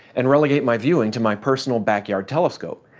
and relegate my viewing to my personal backyard telescope.